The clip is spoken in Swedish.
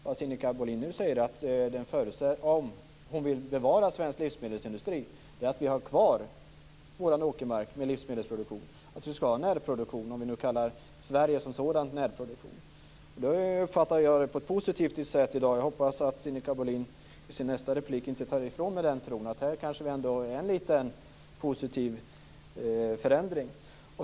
Vad Sinikka Bohlin nu säger är att om vi vill bevara svensk livsmedelsindustri är det en förutsättning att vi har kvar vår åkermark med livsmedelsproduktion, att vi har en närproduktion, om vi nu kallar Sverige som sådant närproduktion. Det uppfattar jag på ett positivt sätt. Jag hoppas att Sinikka Bohlin i sin nästa replik inte tar ifrån mig tron att här kanske det ändå är en liten positiv förändring.